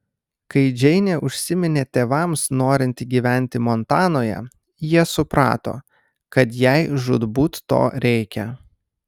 kai džeinė užsiminė tėvams norinti gyventi montanoje jie suprato kad jai žūtbūt to reikia